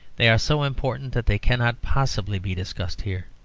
they are so important that they cannot possibly be discussed here.